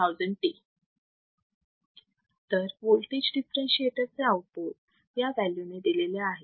So तर voltage differentiator चे output या व्हॅल्यू ने दिलेले आहे